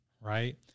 right